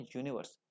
universe